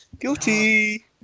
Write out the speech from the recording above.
Guilty